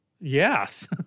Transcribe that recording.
Yes